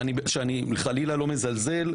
אני חלילה לא מזלזל,